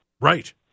Right